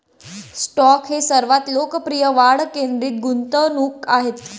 stock हे सर्वात लोकप्रिय वाढ केंद्रित गुंतवणूक आहेत